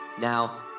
Now